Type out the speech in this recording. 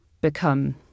become